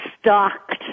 stalked